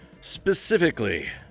specifically